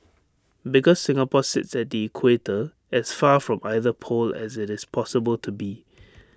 because Singapore sits at the equator as far from either pole as IT is possible to be